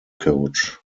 coach